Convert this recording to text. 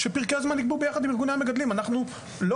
כאשר פרקי הזמן נקבעו ביחד עם המגדלים,